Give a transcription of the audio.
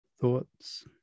thoughts